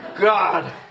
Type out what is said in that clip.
God